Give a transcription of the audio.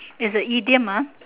is a idiom ah